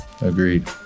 Agreed